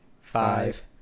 five